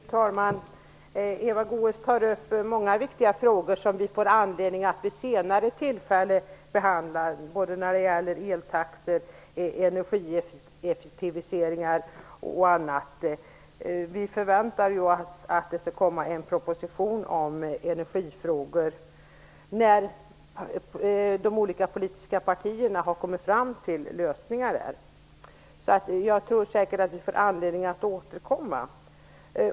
Fru talman! Eva Goës tar upp många viktiga frågor som vi får anledning att behandla vid ett senare tillfälle. Det gäller eltaxor, energieffektiviseringar och annat. Vi förväntar ju oss att det skall komma en proposition om energifrågor när de olika politiska partierna har kommit fram till lösningar. Därför tror jag att vi får anledning att återkomma.